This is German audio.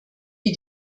wie